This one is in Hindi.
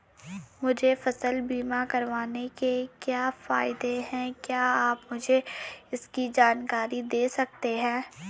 मुझे फसल बीमा करवाने के क्या फायदे हैं क्या आप मुझे इसकी जानकारी दें सकते हैं?